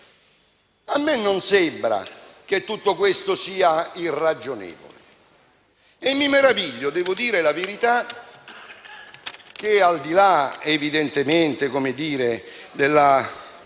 A me non sembra che tutto questo sia irragionevole e mi meraviglia - devo dire la verità - che, al di là evidentemente della